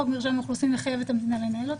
חוק מרשם האוכלוסין מחייב את המדינה לנהל אותו.